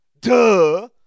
Duh